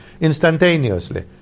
instantaneously